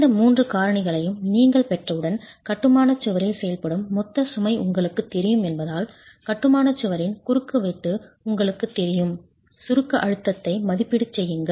இந்த மூன்று காரணிகளையும் நீங்கள் பெற்றவுடன் கட்டுமான சுவரில் செயல்படும் மொத்த சுமை உங்களுக்குத் தெரியும் என்பதால் கட்டுமான சுவரின் குறுக்குவெட்டு உங்களுக்குத் தெரியும் சுருக்க அழுத்தத்தை மதிப்பீடு செய்யுங்கள்